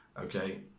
okay